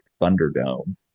thunderdome